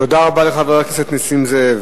תודה רבה לחבר הכנסת נסים זאב.